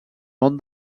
món